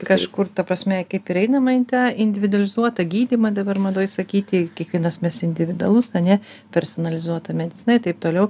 kažkur ta prasme kaip ir einama į tą individualizuotą gydymą dabar madoj sakyti kiekvienas mes individualus ane personalizuota medicina i taip toliau